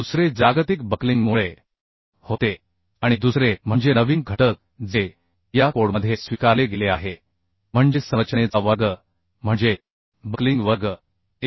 दुसरे जागतिक बक्लिंगमुळे होते आणि दुसरे म्हणजे नवीन घटक जे या कोडमध्ये स्वीकारले गेले आहे म्हणजे संरचनेचा वर्ग म्हणजे बक्लिंग वर्ग ए